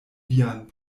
vian